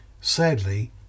Sadly